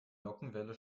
nockenwelle